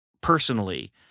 personally –